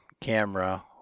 camera